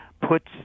puts